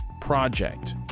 Project